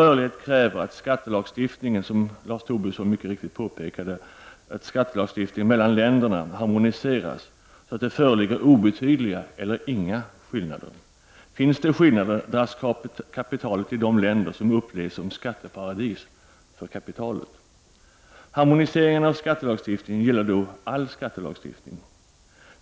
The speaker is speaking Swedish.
Rörligheten kräver att skattelagstiftningen, som Lars Tobisson mycket riktigt påpekade, harmoniseras mellan länderna så att det föreligger obetyd liga eller inga skillnader. Finns det skillnader dras kapitalet till de länder som upplevs som skatteparadis för kapitalet. Harmoniseringen av skattelagstiftningen gäller all skattelagstiftning.